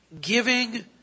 Giving